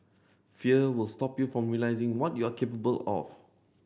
fear will stop you from realising what you are capable of